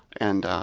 and